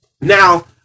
Now